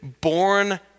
born